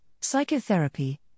psychotherapy